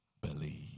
believe